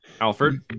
Alfred